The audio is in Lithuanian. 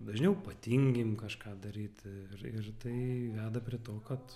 dažniau patingim kažką daryti ir ir tai veda prie to kad